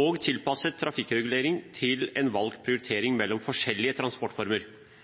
og tilpasset trafikkregulering til en valgt prioritering mellom forskjellige transportformer.